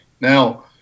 Now